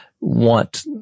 want